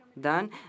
done